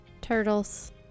turtles